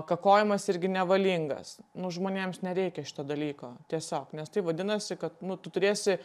kakojimas irgi nevalingas nu žmonėms nereikia šito dalyko tiesiog nes tai vadinasi kad nu tu turėsi